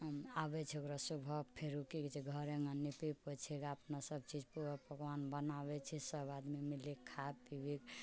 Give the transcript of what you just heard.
आबै छै ओकरा सुबह फेरु कि कहै छै घर अङ्गना निपै पोछै छै अपना सभ चीज पुआ पकवान बनाबै छै सभ आदमी मिलि खाइ पिबि